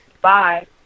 Bye